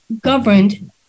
governed